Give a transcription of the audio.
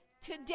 today